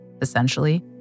Essentially